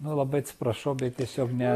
nu labai atsiprašau bet tiesiog ne